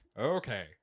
okay